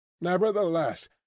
Nevertheless